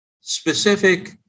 specific